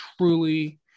truly